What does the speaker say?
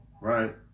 right